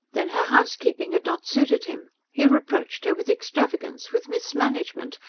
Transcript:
then her housekeeping had not suited him he reproached her with extravagance, with mismanagement,